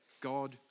God